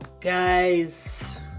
Guys